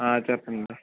చెప్పండి